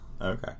Okay